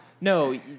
No